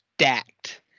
stacked